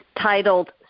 titled